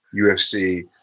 UFC